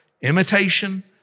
Imitation